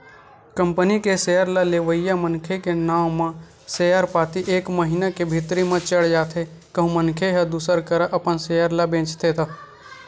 company के share ल लेवइया मनखे के नांव म सेयर पाती एक महिना के भीतरी म चढ़ जाथे कहूं मनखे ह दूसर करा अपन सेयर ल बेंचथे त